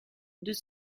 deux